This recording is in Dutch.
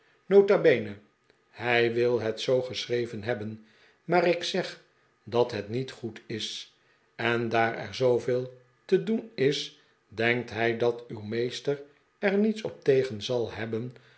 hij wil het zoo geschreven hebben maar ik zeg dat het niet goed is en daar er zooveel te doen is denkt hij dat uw meester er niets op tegen zal hebben